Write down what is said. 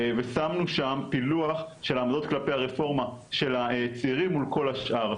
ושמנו שם פילוח של העמדות כלפי הרפורמה של הצעירים מול כל השאר,